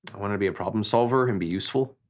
want to be a problem solver and be useful.